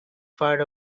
port